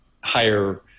higher